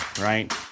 Right